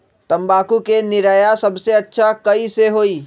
तम्बाकू के निरैया सबसे अच्छा कई से होई?